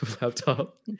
Laptop